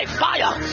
fire